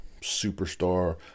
superstar